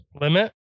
limit